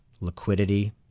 liquidity